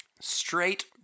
straight